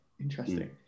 Interesting